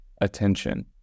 attention